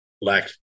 lack